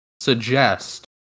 suggest